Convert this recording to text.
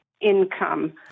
income